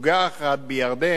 משוגע אחד בירדן,